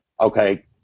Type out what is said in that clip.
okay